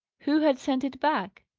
who had sent it back?